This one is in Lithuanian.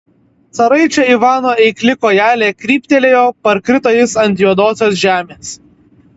caraičio ivano eikli kojelė kryptelėjo parkrito jis ant juodosios žemės